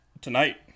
Tonight